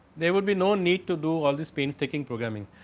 they would be known need to do all this pain trekking programming.